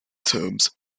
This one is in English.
terms